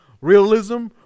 realism